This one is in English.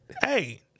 Hey